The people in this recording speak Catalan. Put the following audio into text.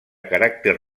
caràcter